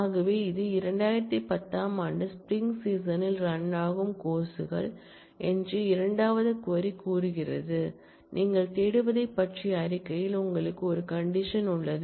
ஆகவே இது 2010 ஆம் ஆண்டு ஸ்ப்ரிங் சீசனில் ரன்னாகும் கோர்ஸ் கள் என்று இரண்டாவது க்வரி கூறுகிறது நீங்கள் தேடுவதைப் பற்றிய அறிக்கையில் உங்களுக்கு ஒரு கண்டிஷன் உள்ளது